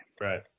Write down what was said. Right